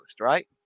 right